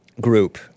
group